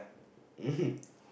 mmhmm